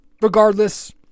Regardless